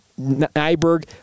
Nyberg